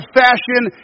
fashion